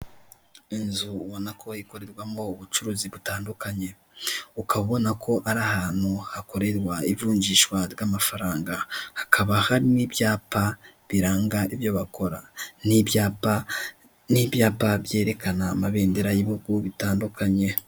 Inzu ubona ko ikorerwamo ubucuruzi butandukanye ukaba ubona ko ari ahantu hakorerwa ivunjishwa ryamafaranga, hakaba harimo ibyapa biranga ibyo bakora n'ibyapa byerekena amabendera y'ibihugu bitandukanye.